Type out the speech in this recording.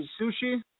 sushi